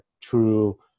true